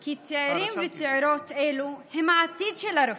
כי צעירים וצעירות אלו הם העתיד של הרפואה,